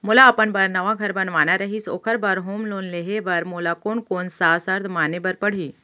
मोला अपन बर नवा घर बनवाना रहिस ओखर बर होम लोन लेहे बर मोला कोन कोन सा शर्त माने बर पड़ही?